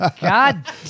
God